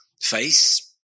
face